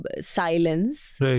silence